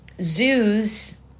Zoos